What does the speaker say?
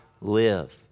live